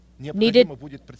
needed